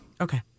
Okay